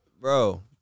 bro